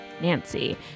nancy